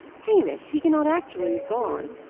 hamish! he cannot actually have gone?